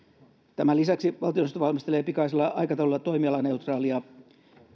tämän lisäksi valtioneuvosto valmistelee pikaisella aikataululla toimialaneutraalia